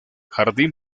jardín